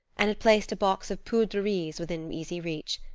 and had placed a box of poudre de riz within easy reach.